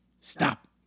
stop